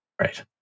Right